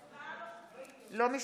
הצבעה לא חוקית.